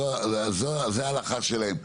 זו ההלכה שלהם,